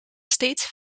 steeds